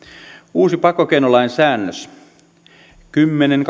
uusi pakkokeinolain säädös kymmenen